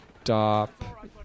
stop